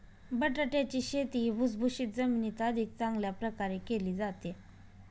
बटाट्याची शेती ही भुसभुशीत जमिनीत अधिक चांगल्या प्रकारे केली जाते